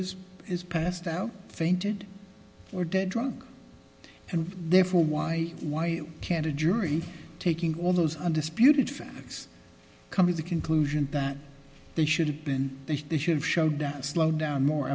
is is passed out fainted or dead wrong and therefore why why can't a jury taking all those undisputed facts come to the conclusion that they should have been should show down slowed down more